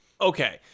Okay